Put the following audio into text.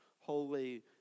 Holy